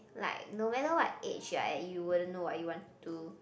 like no matter what age right you wouldn't know what you want to do